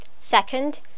Second